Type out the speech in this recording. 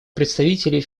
представителей